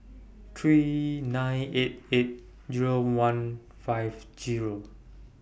three nine eight eight Zero one five Zero